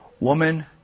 Woman